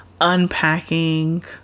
unpacking